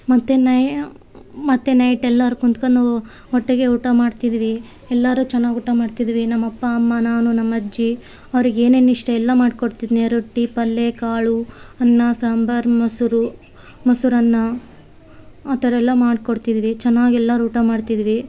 ಮತ್ತು ನೈಯಾ ಮತ್ತು ನೈಟ್ ಎಲ್ಲಾರು ಕುತ್ಕೊಂಡು ಒಟ್ಟಿಗೆ ಊಟ ಮಾಡ್ತಿದ್ವಿ ಎಲ್ಲರೂ ಚೆನ್ನಾಗ್ ಊಟ ಮಾಡ್ತಿದ್ವಿ ನಮ್ಮ ಅಪ್ಪ ಅಮ್ಮ ನಾನು ನಮ್ಮ ಅಜ್ಜಿ ಅವ್ರಿಗೆ ಏನೇನು ಇಷ್ಟ ಎಲ್ಲ ಮಾಡ್ಕೊಡ್ತಿದ್ದೆ ರೊಟ್ಟಿ ಪಲ್ಯ ಕಾಳು ಅನ್ನ ಸಾಂಬಾರು ಮೊಸರು ಮೊಸರನ್ನ ಆ ಥರ ಎಲ್ಲ ಮಾಡ್ಕೊಡ್ತಿದ್ವಿ ಚೆನ್ನಾಗ್ ಎಲ್ಲರು ಊಟ ಮಾಡ್ತಿದ್ವಿ